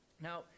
Now